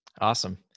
Awesome